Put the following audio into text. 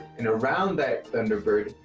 and around that thunderbird,